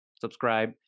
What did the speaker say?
subscribe